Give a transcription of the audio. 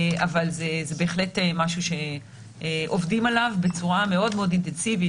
אבל זה בהחלט משהו שעובדים עליו בצורה מאוד-מאוד אינטנסיבית,